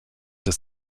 des